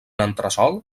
entresòl